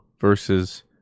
versus